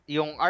Yung